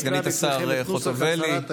אני אקרא בפניכם את נוסח הצהרת האמונים